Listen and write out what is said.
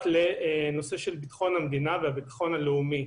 לנושא של ביטחון המדינה והביטחון הלאומי.